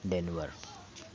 denver